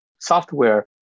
software